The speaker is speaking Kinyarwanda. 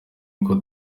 uko